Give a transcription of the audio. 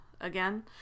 again